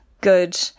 good